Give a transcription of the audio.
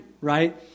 right